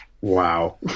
Wow